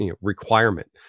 requirement